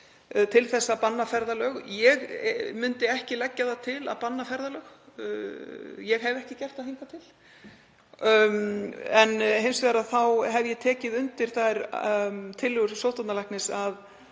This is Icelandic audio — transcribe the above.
til að banna ferðalög. Ég myndi ekki leggja það til að banna ferðalög. Ég hef ekki gert það hingað til, en hins vegar hef ég tekið undir þær tillögur sóttvarnalæknis að